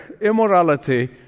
immorality